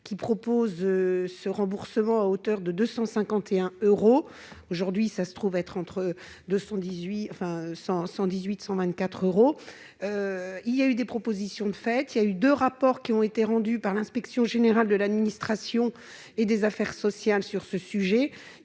qui propose ce remboursement à hauteur de 251 euros aujourd'hui, ça se trouve être entre 2 sont 18 enfin 100 118 124 euros il y a eu des propositions de faites, il y a eu 2 rapports qui ont été rendus par l'inspection générale de l'administration et des affaires sociales sur ce sujet,